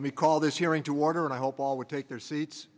let me call this year into water and i hope paul would take their seats